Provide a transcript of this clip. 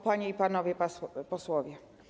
Panie i Panowie Posłowie!